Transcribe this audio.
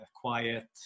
quiet